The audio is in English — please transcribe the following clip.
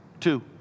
two